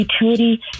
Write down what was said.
utility